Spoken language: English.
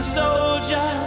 soldier